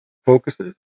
focuses